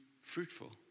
fruitful